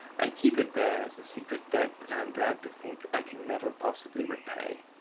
i keep it there as a secret debt that i am glad to think i can never possibly repay.